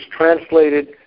translated